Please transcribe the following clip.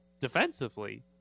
defensively